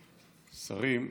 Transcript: שרים,